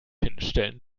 hinstellen